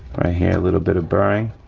ah here a little bit of burring